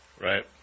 Right